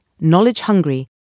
knowledge-hungry